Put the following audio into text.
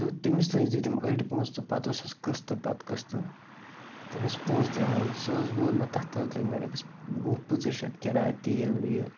تہٕ تٔمِس تہٕ حظ دِتِم أڑۍ پونٛسہٕ تہٕ پَتہٕ اوسُس قسطٕ پَتہٕ قسطٕ تٔمِس پونٛسہٕ دِوان سُہ حظ وول مےٚ تَتھ تہٕ حظ لٔگۍ مےٚ رۄپیَس وُہ پٕنٛژٕ شَتھ کِراے تیٖل ویٖل